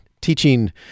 teaching